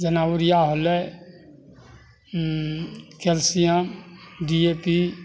जेना यूरिया होलै calcium D A P